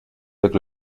avec